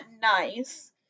nice